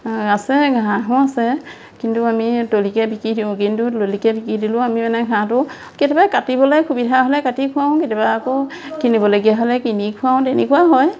আছে ঘাঁহো আছে কিন্তু আমি তলিকে বিকি দিওঁ কিন্তু তলিকে বিকি দিলেও আমি মানে ঘাঁহটো কেতিয়াবা কাটিবলে সুবিধা হ'লে কাটি খুৱাওঁ কেতিয়াবা আকৌ কিনিবলগীয়া হ'লে কিনি খুৱাওঁ তেনেকুৱা হয়